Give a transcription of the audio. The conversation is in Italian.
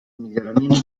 miglioramento